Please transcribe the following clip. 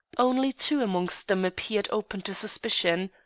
only two amongst them appeared open to suspicion.